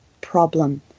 problem